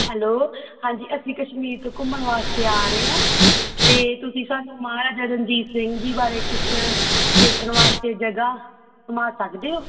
hello ਹਾਂਜੀ ਅਸੀਂ ਕਸ਼ਮੀਰ ਤੋਂ ਘੁੰਮਣ ਵਾਸਤੇ ਆ ਰਹੇ ਹਾਂ ਅਤੇ ਤੁਸੀਂ ਸਾਨੂੰ ਮਹਾਰਾਜਾ ਰਣਜੀਤ ਸਿੰਘ ਜੀ ਬਾਰੇ ਕੁਛ ਦੇਖਣ ਵਾਸਤੇ ਜਗ੍ਹਾ ਘੁੰਮਾ ਸਕਦੇ ਹੋ